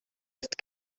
ist